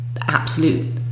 absolute